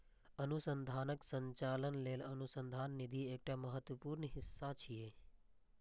अनुसंधानक संचालन लेल अनुसंधान निधि एकटा महत्वपूर्ण हिस्सा छियै